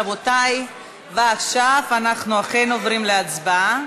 רבותי, עכשיו אנחנו אכן עוברים להצבעה.